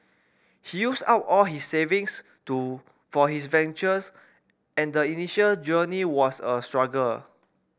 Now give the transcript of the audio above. he used up all his savings to for his ventures and the initial journey was a struggle